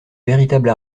véritable